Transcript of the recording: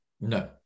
no